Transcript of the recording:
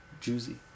Juicy